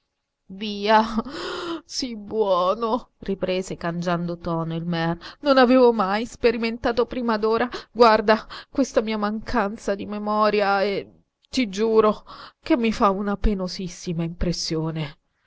via sii buono riprese cangiando tono il mear non avevo mai sperimentato prima d'ora guarda questa mia mancanza di memoria e ti giuro che mi fa una penosissima impressione